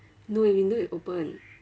no the window is open